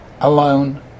alone